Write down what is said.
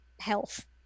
health